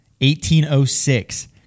1806